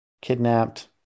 Kidnapped